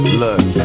look